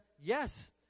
yes